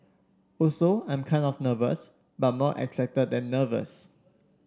also I'm kind of nervous but more excited than nervous